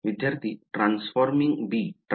विद्यार्थीः Transforming b